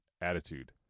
attitude